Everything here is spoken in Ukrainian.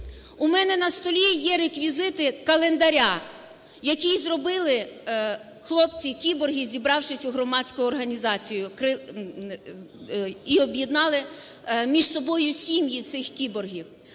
У мене на столі є реквізити календаря, який зробили хлопці-кіборги, зібравшись у громадські організацію і об'єднали між собою сім'ї цих кіборгів.